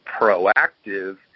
proactive